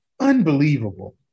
unbelievable